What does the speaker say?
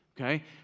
okay